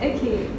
Okay